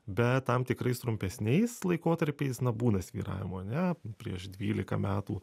bet tam tikrais trumpesniais laikotarpiais na būna svyravimų ane prieš dvylika metų